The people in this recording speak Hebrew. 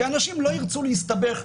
כי אנשים לא ירצו להסתבך,